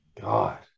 God